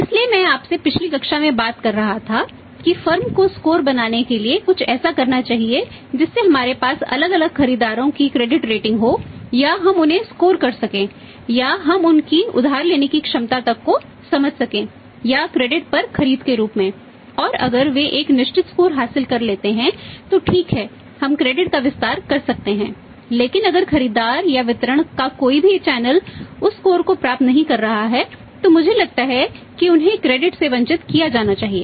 इसलिए मैं आपसे पिछली कक्षा में बात कर रहा था कि फर्म से वंचित किया जाना चाहिए